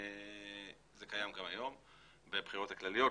וזה קיים גם היום בבחירות הכלליות,